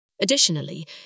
Additionally